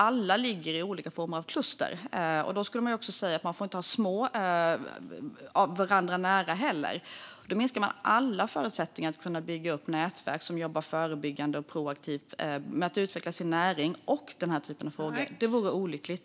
Alla ligger i olika former av kluster, och då skulle man alltså säga att man inte får vara varandra nära heller. Men då minskar man alla förutsättningar för att kunna bygga upp nätverk som jobbar förebyggande och proaktivt med att utveckla näringen liksom den här typen av frågor. Det vore olyckligt.